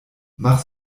mach